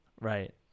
Right